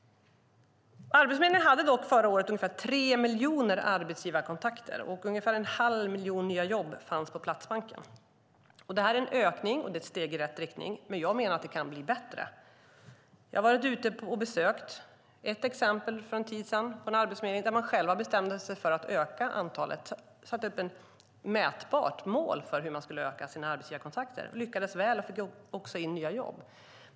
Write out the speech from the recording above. Arbetsförmedlingen hade dock förra året ungefär tre miljoner arbetsgivarkontakter, medan ungefär en halv miljon nya jobb fanns på Platsbanken. Det är en ökning och ett steg i rätt riktning, men jag menar att det kan bli bättre. Jag har varit ute och besökt arbetsförmedlingar. För en tid sedan besökte jag en arbetsförmedling där man bestämt sig för att öka antalet arbetsgivarkontakter och satt upp ett mätbart mål för ökningen. Man lyckades väl och fick också in nya jobb.